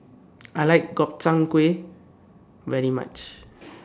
I like Gobchang Gui very much